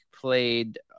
played